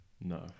no